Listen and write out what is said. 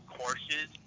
courses